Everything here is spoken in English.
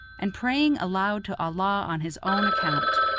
and praying aloud to allah on his own account.